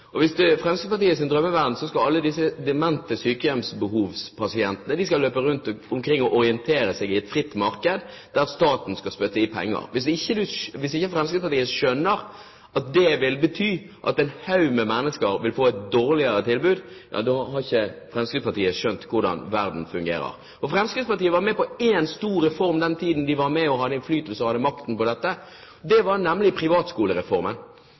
penger. Hvis Fremskrittspartiet ikke skjønner at det vil bety at en haug med mennesker vil få et dårligere tilbud, har ikke Fremskrittspartiet skjønt hvordan verden fungerer. Fremskrittspartiet var med på én stor reform den tiden de var med og hadde innflytelse og makt, nemlig privatskolereformen.